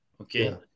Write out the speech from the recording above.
Okay